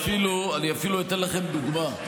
אני אפילו אתן לכם דוגמה.